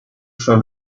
for